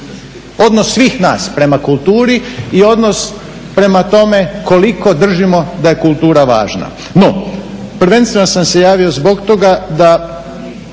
Odnos svih nas prema kulturi i odnos prema tome koliko držimo da je kultura važna. No, prvenstveno sam se javio zbog toga da